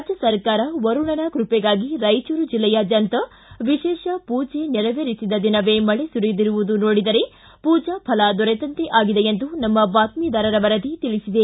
ರಾಜ್ವ ಸರಕಾರ ವರುಣನ ಕೈಪೆಗಾಗಿ ರಾಯಚೂರು ಜಿಲ್ಲೆಯಾದ್ದಂತ ವಿಶೇಷ ಪೂಜೆ ನೆರವೇರಿಸಿದ ದಿನವೇ ಮಳೆ ಸುರಿದಿರುವುದು ನೋಡಿದರೆ ಪೂಜಾಫಲ ದೊರೆತಂತೆ ಆಗಿದೆ ಎಂದು ನಮ್ಮ ಬಾತ್ಮಿದಾರರ ವರದಿ ತಿಳಿಸಿದೆ